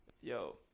Yo